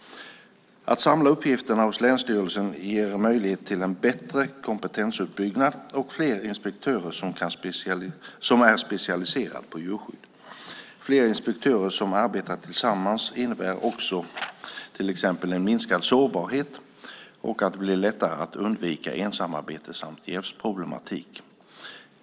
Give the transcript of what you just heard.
Att samla uppgifterna hos länsstyrelserna ger möjlighet till en bättre kompetensuppbyggnad och fler inspektörer som är specialiserade på djurskydd. Fler inspektörer som arbetar tillsammans innebär också till exempel en minskad sårbarhet och att det blir lättare att undvika ensamarbete samt jävsproblematik.